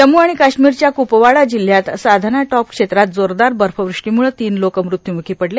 जम्मू आणि काश्मीरच्या कुपवाडा जिल्ह्यात साधना टॉप क्षेत्रात जोरदार बर्फवृष्टीमुळं तीन लोक मृत्यूमुखी पडले